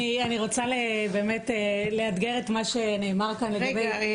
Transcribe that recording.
אני רוצה באמת לאתגר את מה שנאמר כאן לגבי -- רגע.